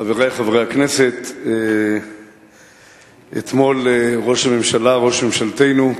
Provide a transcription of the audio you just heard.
חברי חברי הכנסת, אתמול ראש הממשלה, ראש ממשלתנו,